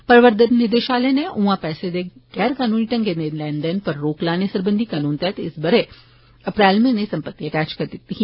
प्रर्वतन निदेशालय नै उआ पैसे दे गैर कनूनी ढंगै नै लैन देन पर रोक लाने सरबंधी कनून तैहत इस बरे अप्रैल म्हीने समंपति अटैच करी दिती ही